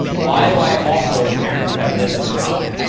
why do i also apparently have this at the top?